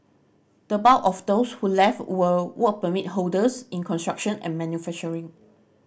the bulk of those who left were work permit holders in construction and manufacturing